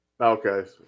Okay